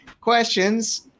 questions